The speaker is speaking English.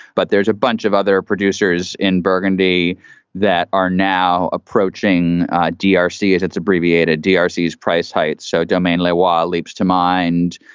but there's a bunch of other producers in burgundy that are now approaching d r c. at its abbreviated d r c. whose price heights so domain. why why leaps to mind?